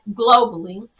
globally